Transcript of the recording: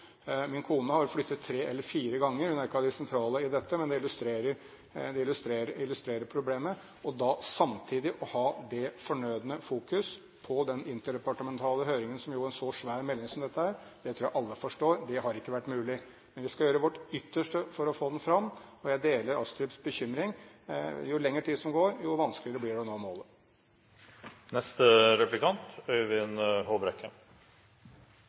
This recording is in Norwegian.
Min kone har flyttet tre eller fire ganger. Hun er ikke av de sentrale i dette, men det illustrerer problemet. Å da samtidig ha det fornødne fokus på den interdepartementale høringen som en så svær melding som dette er, tror jeg alle forstår ikke har vært mulig. Men vi skal gjøre vårt ytterste for å få den fram, og jeg deler Astrups bekymring: Jo lengre tid som går, jo vanskeligere blir det å nå målet.